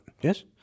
yes